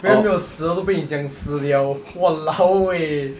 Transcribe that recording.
别人没有死就被你讲死 liao !walao! eh